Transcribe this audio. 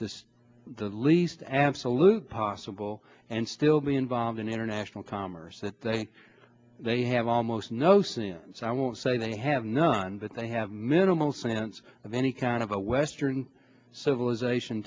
possible the least absolute possible and still be involved in international commerce that they they have almost no since i say they have none but they have minimal sense of any kind of a western civilization